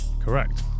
Correct